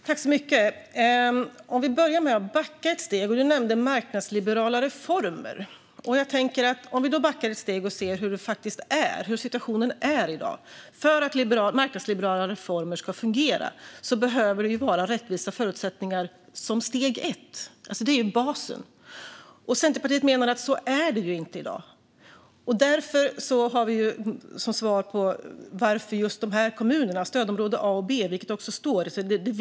Fru talman! Jag vill börja med att backa ett steg så att vi kan se situationen som den är i dag. Du nämnde marknadsliberala reformer, Fredrik Schulte. För att marknadsliberala reformer ska fungera behöver det som steg ett vara rättvisa förutsättningar. Det är ju basen. Centerpartiet menar att det inte är så i dag. Att just de här kommunerna har valts ut beror på att de ingår i stödområde A eller B, vilket också står i betänkandet.